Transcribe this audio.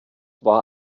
war